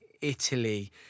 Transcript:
Italy